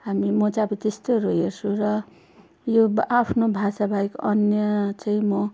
हामी म चाहिँ अब त्यस्तैहरू हेर्छु र यो आफ्नो भाषाबाहेक अन्य चाहिँ म